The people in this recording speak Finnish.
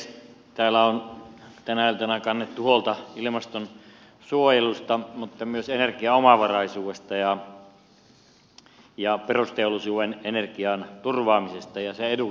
täällä on tänä iltana kannettu huolta ilmastonsuojelusta mutta myös energiaomavaraisuudesta ja perusteollisuuden energian turvaamisesta ja sen edullisuudesta